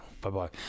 Bye-bye